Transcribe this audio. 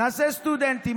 נעשה סטודנטים.